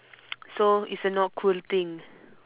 so it's a not cool thing